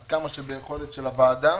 עד כמה שביכולת הוועדה,